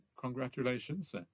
congratulations